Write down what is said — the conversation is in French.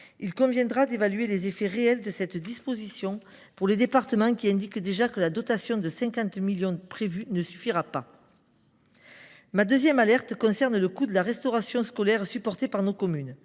Il conviendra d’évaluer les effets réels de cette disposition pour les départements, qui indiquent déjà que la dotation prévue, de 50 millions d’euros, ne suffira pas. Ma deuxième alerte concerne le coût de la restauration scolaire supporté par nos communes.